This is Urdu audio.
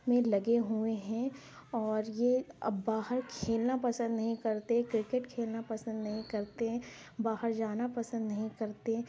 میں لگے ہوئے ہیں اور یہ اب باہر کھیلنا پسند نہیں کرتے کرکٹ کھیلنا پسند نہیں کرتے باہر جانا پسند نہیں کرتے